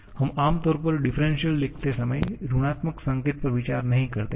हम आम तौर पर डिफ्रेंशिअल लिखते समय ऋणात्मक संकेत पर विचार नहीं करते हैं